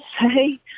say